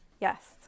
Yes